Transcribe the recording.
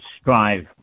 strive